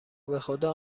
بخدا